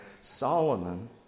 Solomon